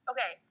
Okay